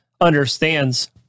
understands